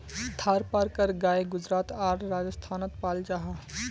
थारपारकर गाय गुजरात आर राजस्थानोत पाल जाहा